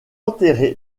enterré